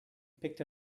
picked